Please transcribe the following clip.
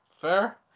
fair